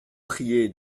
prier